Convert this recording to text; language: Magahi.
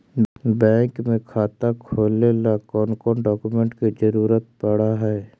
बैंक में खाता खोले ल कौन कौन डाउकमेंट के जरूरत पड़ है?